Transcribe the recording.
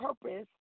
purpose